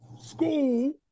school